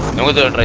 no other